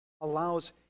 allows